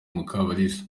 mukabalisa